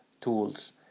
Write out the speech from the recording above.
tools